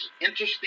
interesting